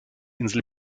insel